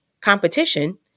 competition